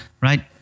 Right